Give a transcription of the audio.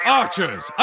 archers